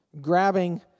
grabbing